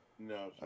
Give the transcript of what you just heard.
No